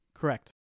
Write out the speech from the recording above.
Correct